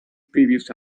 previous